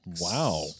Wow